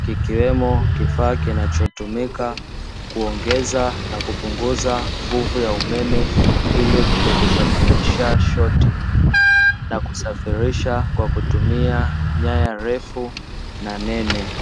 kikiwemo kifaa kinachotumika kuongeza na kupunguza nguvu ya umeme ili kutokusababisha shoti, na kusafirisha kwa kutumia nyaya refu na nene.